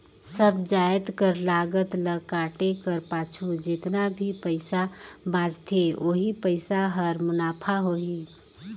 सब जाएत कर लागत ल काटे कर पाछू जेतना भी पइसा बांचथे ओही पइसा हर मुनाफा होही